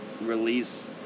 release